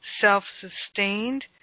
self-sustained